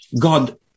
God